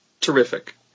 terrific